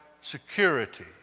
security